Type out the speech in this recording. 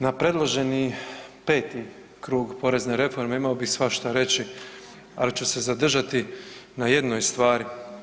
Na predloženi 5. krug porezne reforme imao bi svašta reći, ali ću se zadržati na jednoj stvari.